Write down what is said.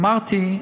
אמרתי: